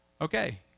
Okay